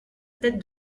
tête